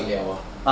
bao ka liao lah